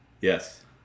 Yes